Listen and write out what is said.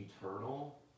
eternal